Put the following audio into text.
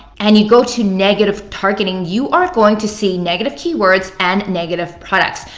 and you go to negative targeting. you are going to see negative keywords and negative products.